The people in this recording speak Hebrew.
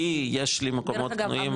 כי יש לי מקומות פנויים וכו'.